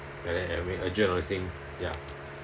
like that I mean urgent all these thing ya